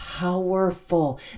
powerful